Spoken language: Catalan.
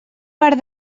bar